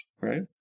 right